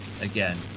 Again